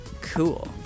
cool